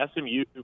SMU